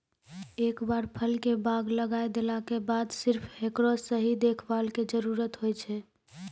एक बार फल के बाग लगाय देला के बाद सिर्फ हेकरो सही देखभाल के जरूरत होय छै